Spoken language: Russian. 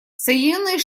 соединенные